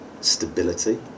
stability